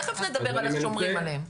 תיכף נדבר על השומרים עליהם.